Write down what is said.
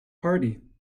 party